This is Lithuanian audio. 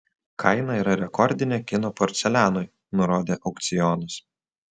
kaina yra rekordinė kinų porcelianui nurodė aukcionas